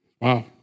Wow